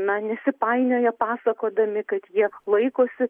na nesipainioja pasakodami kad jie laikosi